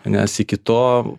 nes iki to